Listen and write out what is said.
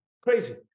Crazy